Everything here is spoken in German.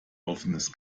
offenes